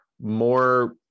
more